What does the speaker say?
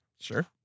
Sure